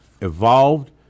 evolved